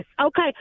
okay